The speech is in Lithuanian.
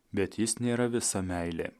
bet jis nėra visa meilė